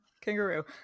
kangaroo